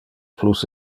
plus